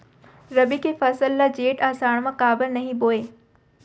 रबि के फसल ल जेठ आषाढ़ म काबर नही बोए?